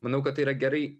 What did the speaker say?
manau kad yra gerai